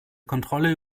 kontrolle